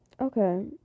okay